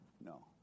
No